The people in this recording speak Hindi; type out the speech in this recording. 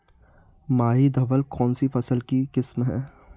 माही धवल कौनसी फसल की किस्म है?